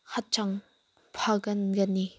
ꯍꯛꯆꯥꯡ ꯐꯒꯟꯒꯅꯤ